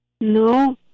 No